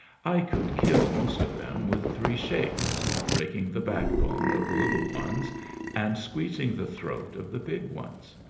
i could kill most of them with three shakes, breaking the backbone of the little ones and squeezing the throat of the big ones.